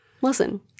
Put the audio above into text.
Listen